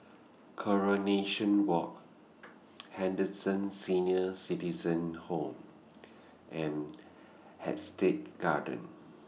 Coronation Walk Henderson Senior Citizens' Home and Hampstead Gardens